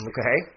Okay